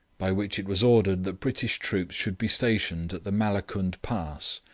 by which it was ordered that british troops should be stationed at the malakund pass,